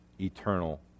eternal